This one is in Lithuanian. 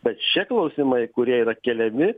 bet čia klausimai kurie yra keliami